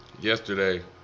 Yesterday